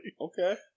Okay